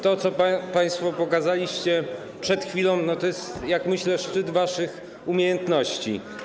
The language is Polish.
To, co państwo pokazaliście przed chwilą, to jest, jak myślę, szczyt waszych umiejętności.